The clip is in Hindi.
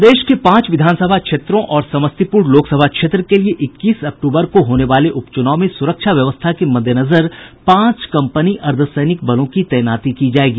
प्रदेश के पांच विधानसभा क्षेत्रों और समस्तीपुर लोकसभा क्षेत्र के लिए इक्कीस अक्टूबर को होने वाले उपचुनाव में सुरक्षा व्यवस्था के मद्देनजर पांच कंपनी अर्द्वसैनिक बलों की तैनाती की जायेगी